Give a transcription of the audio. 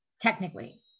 technically